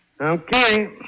Okay